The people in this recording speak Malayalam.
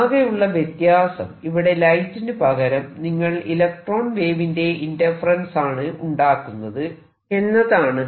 ആകെയുള്ള വ്യത്യാസം ഇവിടെ ലൈറ്റിന് പകരം നിങ്ങൾ ഇലക്ട്രോൺ വേവിന്റെ ഇന്റർഫെറെൻസ് ആണ് ഉണ്ടാക്കുന്നത് എന്നതാണ്